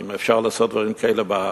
אם אפשר לעשות דברים כאלה בארץ.